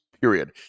period